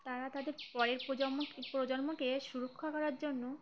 তারা তাদের পরের প্রজন্ম প্রজন্মকে সুরক্ষা করার জন্য